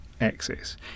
access